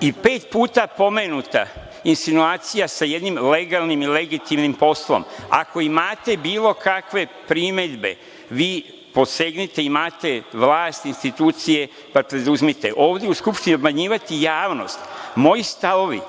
i pet puta pomenuta insinuacija sa jednim legalnim i legitimnim poslom, ako imate bilo kakve primedbe, vi posegnite, imate vlast, institucije, pa preduzmite. Ovde u Skupštini obmanjivati javnost, moji stavovi